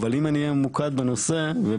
אבל אם אני אהיה ממוקד בנושא ובקורונה,